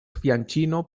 fianĉino